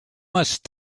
must